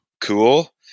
cool